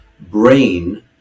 brain